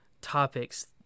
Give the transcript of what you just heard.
topics